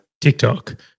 TikTok